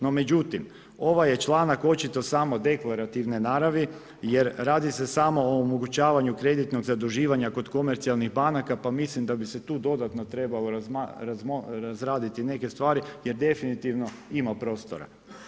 No međutim, ovaj je članak očito samo deklarativne naravi jer radi se samo o omogućavanju kreditnog zaduživanja kod komercijalnih banaka pa mislim da bi se tu dodatno trebalo razraditi neke stvari jer definitivno ima prostora.